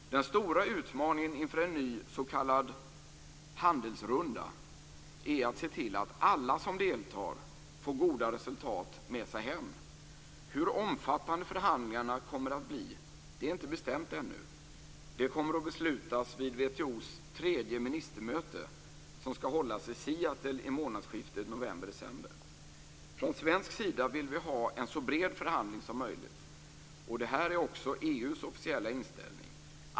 Den stora utmaningen inför en ny s.k. handelsrunda är att se till att alla som deltar får goda resultat med sig hem. Hur omfattande förhandlingarna kommer att bli är ännu inte bestämt. Det kommer att beslutas vid WTO:s tredje ministermöte som skall hållas i Seattle i månadsskiftet november-december. Från svensk sida vill vi ha en så bred förhandling som möjligt, och detta är också EU:s officiella inställning.